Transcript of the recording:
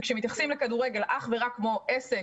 מתייחסים לכדורגל אך ורק כמו עסק,